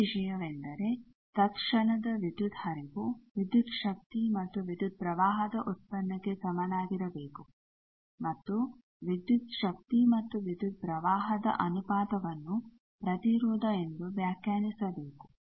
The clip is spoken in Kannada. ಒಂದು ವಿಷಯವೆಂದರೆ ತತ್ಕ್ಷಣದ ವಿದ್ಯುತ್ ಹರಿವು ವಿದ್ಯುತ್ ಶಕ್ತಿ ಮತ್ತು ವಿದ್ಯುತ್ ಪ್ರವಾಹದ ಉತ್ಪನ್ನಕ್ಕೆ ಸಮನಾಗಿರಬೇಕು ಮತ್ತು ವಿದ್ಯುತ್ ಶಕ್ತಿ ಮತ್ತು ವಿದ್ಯುತ್ ಪ್ರವಾಹದ ಅನುಪಾತವನ್ನು ಪ್ರತಿರೋಧ ಎಂದು ವ್ಯಾಖ್ಯಾನಿಸಬೇಕು